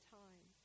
time